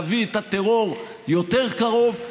להביא את הטרור יותר קרוב,